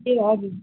ए हजुर